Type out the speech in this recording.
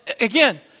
again